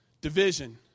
division